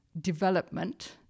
development